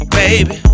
baby